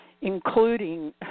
including